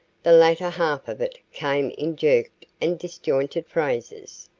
the latter half of it came in jerked and disjointed phrases,